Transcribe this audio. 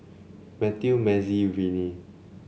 Mathew Mazie Viney